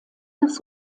das